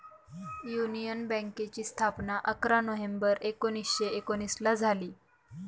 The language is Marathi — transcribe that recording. युनियन बँकेची स्थापना अकरा नोव्हेंबर एकोणीसशे एकोनिसला झाली